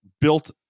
built